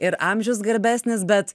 ir amžius garbesnis bet